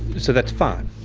so that's fine.